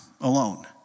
alone